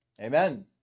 Amen